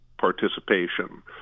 participation